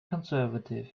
conservative